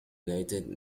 united